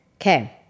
Okay